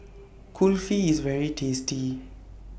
Kulfi IS very tasty